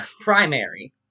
primary